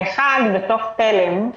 האחד בתוך תל"ם,